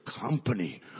company